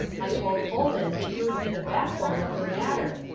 i told holden that you would be the backbone of the matter.